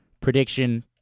prediction